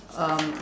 um